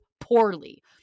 poorly